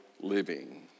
living